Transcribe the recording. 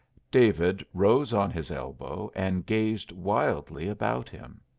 david rose on his elbow and gazed wildly about him.